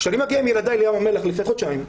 כשאני מגיע עם ילדיי לים המלח לפני חודשיים,